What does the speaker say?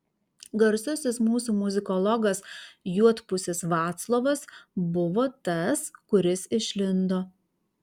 garsusis mūsų muzikologas juodpusis vaclovas buvo tas kuris išlindo